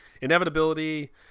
inevitability